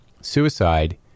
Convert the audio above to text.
suicide